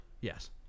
Yes